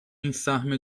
سهم